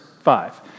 five